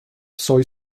soy